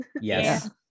Yes